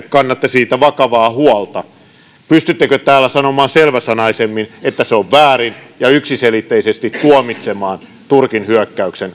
kannatte vakavaa huolta pystyttekö täällä sanomaan selväsanaisemmin että se on väärin ja yksiselitteisesti tuomitsemaan turkin hyökkäyksen